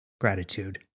gratitude